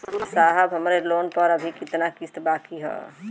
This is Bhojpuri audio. साहब हमरे लोन पर अभी कितना किस्त बाकी ह?